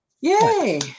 yay